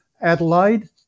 Adelaide